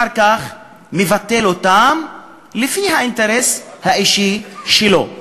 אחר כך מבטל אותם לפי האינטרס האישי שלו.